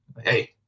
Hey